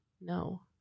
no